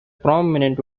prominent